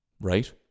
Right